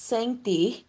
Sentir